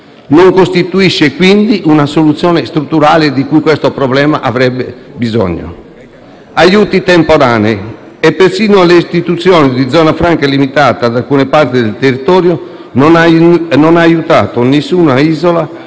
Non costituisce, pertanto, una soluzione strutturale di cui questo problema avrebbe bisogno. Aiuti temporanei, e persino l'istituzione di zone franche limitate ad alcune parti del territorio non ha aiutato nessuna isola